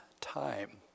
time